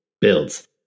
builds